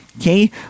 okay